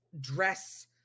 dress